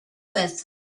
with